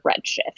redshift